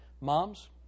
Moms